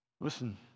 Listen